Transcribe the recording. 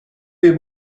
wir